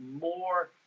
more